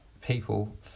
people